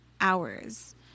hours